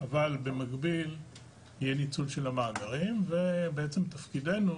אבל במקביל יהיה ניצול של המאגרים ובעצם תפקידנו